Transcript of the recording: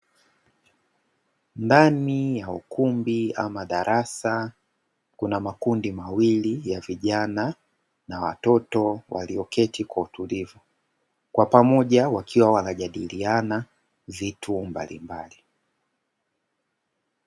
Ndani ya ukumbi ama darasa, kuna makundi mawili ya vijana na watoto walioketi kwa utulivu, kwa pamoja wakiwa wanajadiliana vitu mbalimbali.